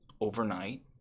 overnight